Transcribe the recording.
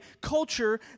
culture